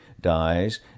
dies